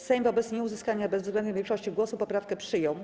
Sejm wobec nieuzyskania bezwzględnej większości głosów poprawkę przyjął.